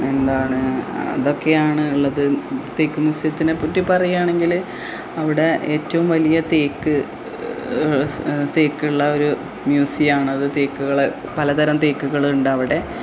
എന്താണ് അതൊക്കെയാണ് ഉള്ളത് തേക്ക് മ്യൂസിയത്തിനെ പറ്റി പറയുകയാണെങ്കിൽ അവിടെ ഏറ്റവും വലിയ തേക്ക് തേക്കുള്ള ഒരു മ്യൂസിയമാണ് അത് തേക്കുകളെ പലതരം തേക്കുകൾ ഉണ്ടവിടെ